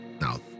now